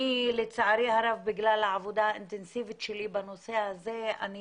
לעצרי הרב בגלל העבודה האינטנסיבית שלי בנושא הזה אני